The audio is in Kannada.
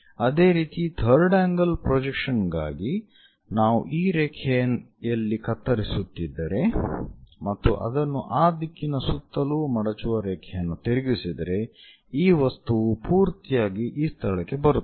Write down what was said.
ಅದೇ ರೀತಿ ಥರ್ಡ್ ಆಂಗಲ್ ಪ್ರೊಜೆಕ್ಷನ್ ಗಾಗಿ ನಾವು ಈ ರೇಖೆಯಲ್ಲಿ ಕತ್ತರಿಸುತ್ತಿದ್ದರೆ ಮತ್ತು ಅದನ್ನು ಆ ದಿಕ್ಕಿನ ಸುತ್ತಲೂ ಮಡಚುವ ರೇಖೆಯನ್ನು ತಿರುಗಿಸಿದರೆ ಈ ವಸ್ತುವು ಪೂರ್ತಿಯಾಗಿ ಈ ಸ್ಥಳಕ್ಕೆ ಬರುತ್ತದೆ